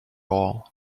all